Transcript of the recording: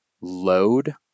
load